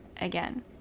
again